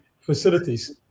facilities